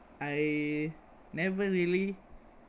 I never really